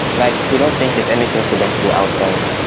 like they don't think there's anything for them to do outside.